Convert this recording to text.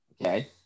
okay